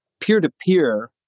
peer-to-peer